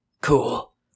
cool